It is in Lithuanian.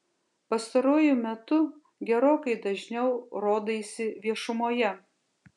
pastaruoju metu gerokai dažniau rodaisi viešumoje